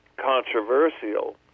controversial